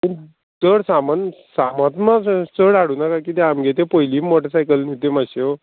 पूण चड सामान सामान मात चड हाडूं नाका किद्या आमगे त्यो पयली मोटरसायकल न्हू त्यो मातश्यो